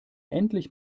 endlich